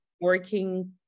working